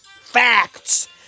Facts